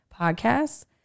podcasts